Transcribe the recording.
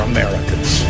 Americans